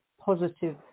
positive